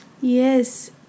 Yes